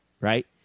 right